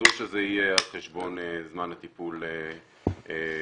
שאסור שזה יהיה על חשבון זמן הטיפול בחולים,